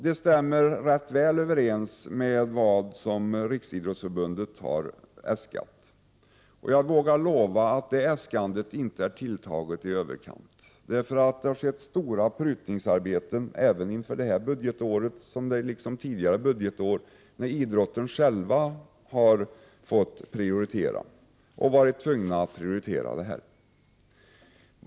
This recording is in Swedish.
Det stämmer rätt väl överens med Riksidrottsförbundets äskande. Jag vågar lova att äskandet inte är tilltaget i överkant, utan det har skett stora prutningsarbeten även inför detta budgetår, liksom tidigare budgetår när idrotten själv har varit tvungen att prioritera.